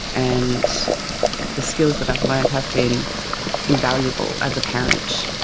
and the skills that i learnt have been invaluable as a parent.